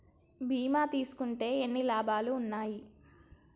బీమా తీసుకుంటే ఎన్ని లాభాలు ఉన్నాయి?